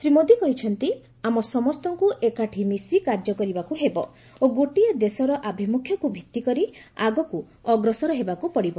ଶ୍ରୀ ମୋଦି କହିଛନ୍ତି ଆମ ସମସ୍ତଙ୍କୁ ଏକାଠି ମିଶି କାର୍ଯ୍ୟ କରିବାକୁ ହେବ ଓ ଗୋଟିଏ ଦେଶର ଆଭିମୁଖ୍ୟକୁ ଭିତ୍ତିକରି ଆଗକୁ ଅଗ୍ରସର ହେବାକୁ ପଡ଼ିବ